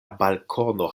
balkono